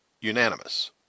unanimous